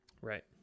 Right